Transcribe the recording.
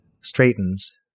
straightens